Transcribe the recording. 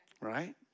right